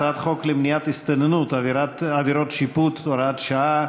הצעת חוק למניעת הסתננות (עבירות ושיפוט) (הוראת שעה),